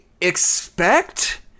expect